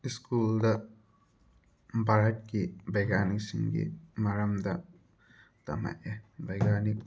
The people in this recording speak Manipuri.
ꯏꯁꯀꯨꯜꯗ ꯚꯥꯔꯠꯀꯤ ꯕꯩꯒ꯭ꯌꯥꯅꯤꯛꯁꯤꯡꯒꯤ ꯃꯔꯝꯗ ꯇꯝꯃꯛꯑꯦ ꯕꯩꯒ꯭ꯌꯥꯅꯤꯛ